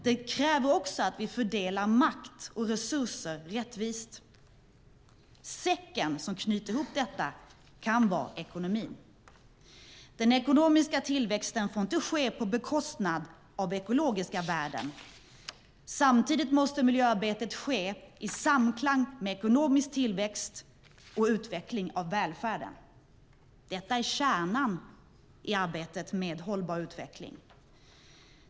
Det kräver också att vi fördelar makt och resurser rättvist. Säcken som knyter ihop detta kan vara ekonomin. Den ekonomiska tillväxten får inte ske på bekostnad av ekologiska värden. Samtidigt måste miljöarbetet ske i samklang med ekonomisk tillväxt och utveckling av välfärden. Detta är kärnan i arbetet med hållbar utveckling.